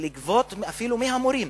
לגבות סכום כסף, אפילו מהמורים,